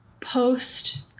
post